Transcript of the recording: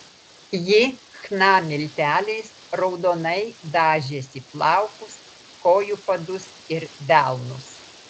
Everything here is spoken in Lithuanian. ji chna milteliais raudonai dažėsi plaukus kojų padus ir delnus